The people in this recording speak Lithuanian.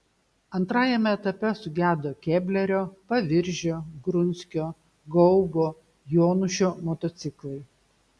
antrajame etape sugedo keblerio paviržio grunskio gaubo jonušio motociklai